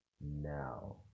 now